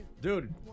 Dude